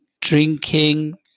Drinking